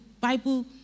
bible